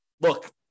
look